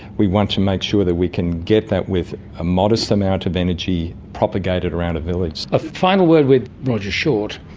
we want to make sure that we can get that with a modest amount of energy propagated around a village. a final word with roger short.